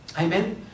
Amen